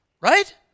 Right